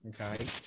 Okay